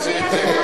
הוא יעשה את זה,